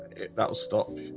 that'll stop